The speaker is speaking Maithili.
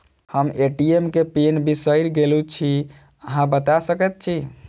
हम ए.टी.एम केँ पिन बिसईर गेलू की अहाँ बता सकैत छी?